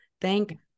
Thank